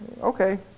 okay